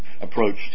approach